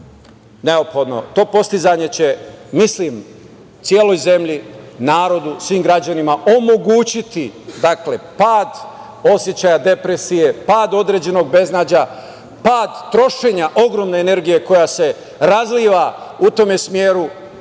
neophodno. To postizanje će, mislim celoj zemlji, narodu, svim građanima omogućiti pad osećaja depresije, pad određenog beznađa, pad trošenja ogromne energije koja se razliva u tom smeru,